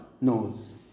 knows